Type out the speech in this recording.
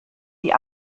die